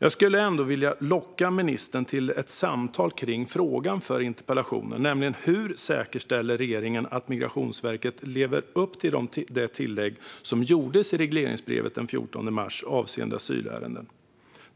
Jag skulle ändå vilja locka ministern till ett samtal om frågan i interpellationen, det vill säga hur regeringen säkerställer att Migrationsverket lever upp till det tillägg som gjordes i regleringsbrevet den 14 mars avseende asylärenden